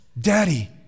Daddy